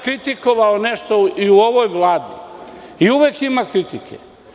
Kritikovao sam nešto i u ovoj vladi i uvek ima kritike.